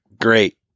Great